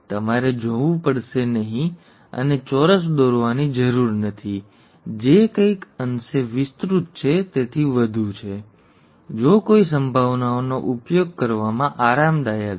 તેથી તમારે જવું પડશે નહીં અને ચોરસ દોરવાની જરૂર નથી જે કંઈક અંશે વિસ્તૃત છે અને તેથી વધુ છે જો કોઈ સંભાવનાઓનો ઉપયોગ કરવામાં આરામદાયક છે